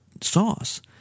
sauce